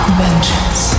vengeance